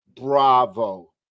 bravo